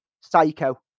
Psycho